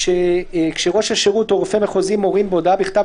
כאשר ראש השירות או רופא מחוזי מורים בהודעה בכתב